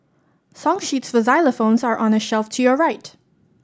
song sheets for xylophones are on the shelf to your right